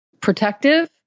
Protective